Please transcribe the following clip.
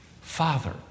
Father